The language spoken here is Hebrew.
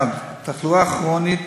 1. תחלואה כרונית,